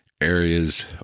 areas